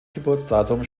geburtsdatum